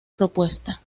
propuesta